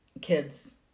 kids